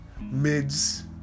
mids